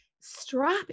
Strap